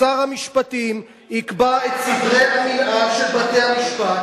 שר המשפטים יקבע את סדרי המינהל של בתי-המשפט